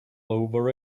over